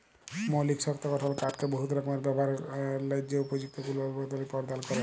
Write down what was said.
মৌলিক শক্ত গঠল কাঠকে বহুত রকমের ব্যাভারের ল্যাযে উপযুক্ত গুলবলি পরদাল ক্যরে